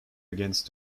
against